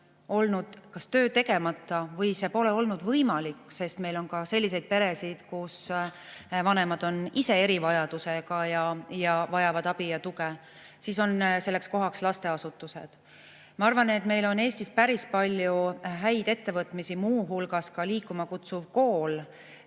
olnud kas töö tegemata või see pole olnud võimalik – sest meil on ka selliseid peresid, kus vanemad on ise erivajadusega ja vajavad abi ja tuge –, siis on selleks kohaks lasteasutus. Ma arvan, et meil on Eestis päris palju häid ettevõtmisi, muu hulgas Liikuma Kutsuv Kool,